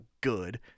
good